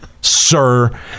sir